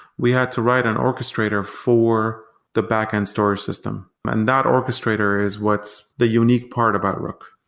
we had to write an orchestrator for the backend storage system, and that orchestrator is what's the unique part about rook.